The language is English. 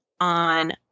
on